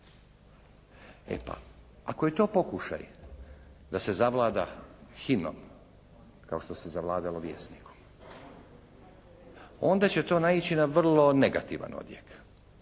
E pa, ako je to pokušaj da se zavlada HINA-om kao što se zavladalo Vjesnikom onda će to naići na vrlo negativan odjek.